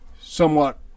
somewhat